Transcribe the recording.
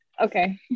Okay